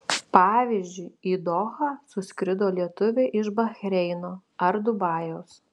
pavyzdžiui į dohą suskrido lietuviai iš bahreino ar dubajaus